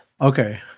Okay